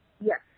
Yes